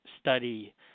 study